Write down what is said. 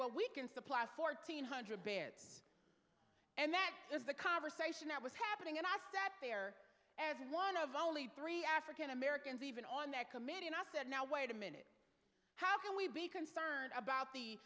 what we can supply fourteen hundred beds and that is the conversation that was happening and i sat there as one of only three african americans even on that committee and i said now wait a minute how can we be concerned about the